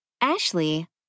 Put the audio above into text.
Ashley